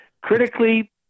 Critically